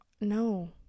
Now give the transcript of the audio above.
no